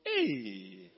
Hey